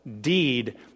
deed